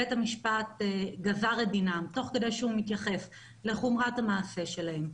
בית המשפט גזר את דינם תוך כדי שהוא מתייחס לחומרת המעשה שלהם,